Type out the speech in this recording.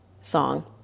song